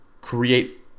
create